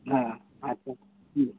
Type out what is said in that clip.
ᱦᱮᱸ ᱟᱪᱪᱷᱟ